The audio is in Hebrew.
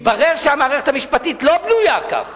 מתברר שהמערכת המשפטית לא בנויה כך,